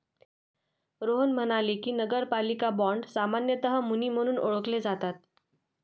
रोहन म्हणाले की, नगरपालिका बाँड सामान्यतः मुनी म्हणून ओळखले जातात